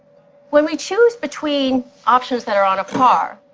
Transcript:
when we choose between options that are on a par,